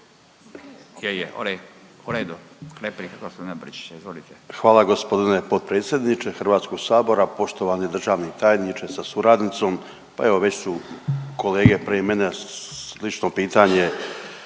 Hvala gospodine potpredsjedniče Hrvatskog sabora. Poštovani državni tajniče sa suradnicom. Pa evo već su kolege prije mene slično pitanje